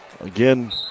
Again